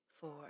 four